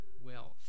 wealth